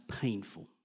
painful